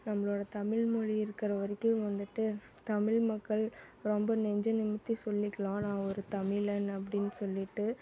நம்மளோடய தமிழ்மொழி இருக்கிற வரைக்கும் வந்துட்டு தமிழ்மக்கள் ரொம்ப நெஞ்சை நிமிர்த்தி சொல்லிக்கலாம் நான் ஒரு தமிழன் அப்படின் சொல்லிட்டு